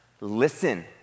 listen